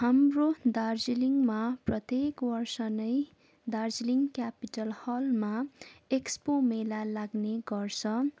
हाम्रो दार्जिलिङमा प्रत्येक वर्ष नै दार्जिलिङ क्यापिटल हलमा एक्सपो मेला लाग्ने गर्छ